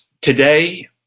Today